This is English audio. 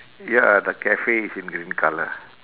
ya the cafe is in green colour